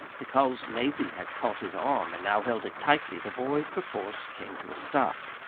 because mazie had caught his arm and now held it tightly, the boy perforce came to a stop.